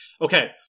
okay